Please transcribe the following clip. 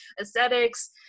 aesthetics